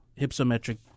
hypsometric